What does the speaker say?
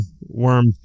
Worm